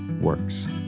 works